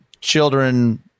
children